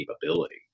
capability